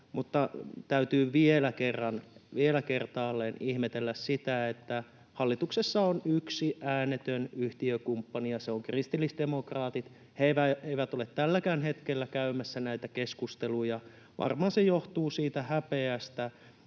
mutta täytyy vielä kertaalleen ihmetellä sitä, että hallituksessa on yksi äänetön yhtiökumppani ja se on kristillisdemokraatit. He eivät ole tälläkään hetkellä käymässä näitä keskusteluja. Varmaan se johtuu siitä häpeästä,